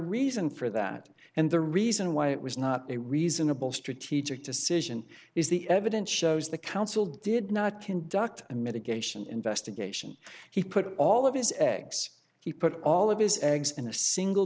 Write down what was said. reason for that and the reason why it was not a reasonable strategic decision is the evidence shows the council did not conduct a mitigation investigation he put all of his eggs he put all of his eggs in a single